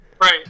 Right